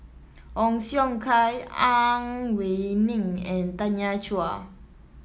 Ong Siong Kai Ang Wei Neng and Tanya Chua